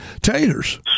taters